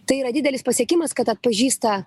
tai yra didelis pasiekimas kad atpažįsta